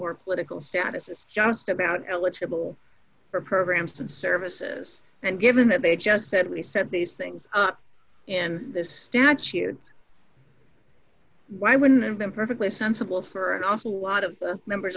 or political status is just about eligible for programs and services and given that they just said we said these things in this statute why wouldn't have been perfectly sensible for an awful lot of members